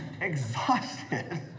exhausted